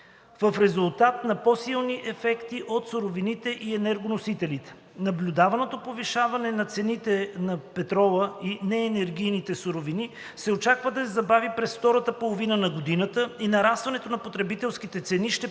в резултат на по-силни ефекти от суровините и енергоносителите. Наблюдаваното повишение на цените на петрола и неенергийните суровини се очаква да се забави през втората половина на годината и нарастването на потребителските цени ще продължи да